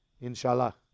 inshallah